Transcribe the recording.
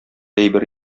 әйбер